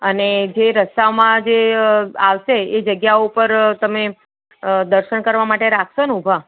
અને રસ્તામાં જે આવશે એ જગ્યા ઉપર તમે દર્શન કરવા માટે રાખશો ને ઊભા